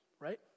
right